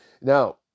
now